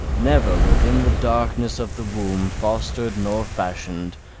never within the darkness of the womb fostered nor fashioned,